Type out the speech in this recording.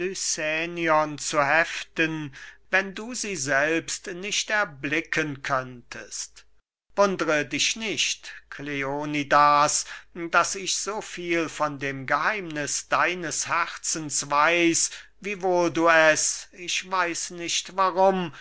zu heften wenn du sie selbst nicht erblicken könntest wundre dich nicht kleonidas daß ich so viel von dem geheimniß deines herzens weiß wiewohl du es ich weiß nicht warum